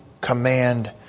command